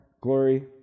glory